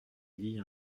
lit